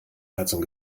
herzen